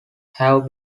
have